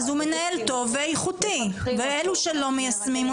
אז הוא מנהל טוב ואיכותי, ואלו שלא מיישמים?